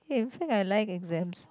eh in fact I like exams